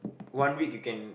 one week you can